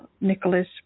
Nicholas